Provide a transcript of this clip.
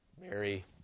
Mary